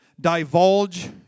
divulge